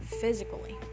physically